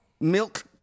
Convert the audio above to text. milk